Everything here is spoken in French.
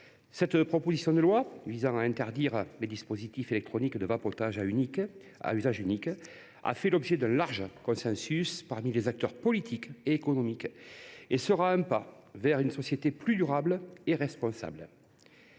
La proposition de loi visant à interdire les dispositifs électroniques de vapotage à usage unique a fait l’objet d’un large consensus parmi les acteurs politiques et économiques. Son adoption nous permettra de faire un pas vers une société plus durable et responsable.